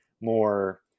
more